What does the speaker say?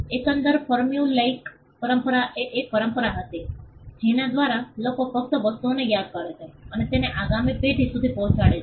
એકંદરે ફોર્મ્યુલેઈક પરંપરા એ એક પરંપરા હતી જેના દ્વારા લોકો ફક્ત વસ્તુઓને યાદ કરે છે અને તેને આગામી પેઢી સુધી પહોંચાડે છે